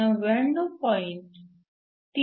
3 येते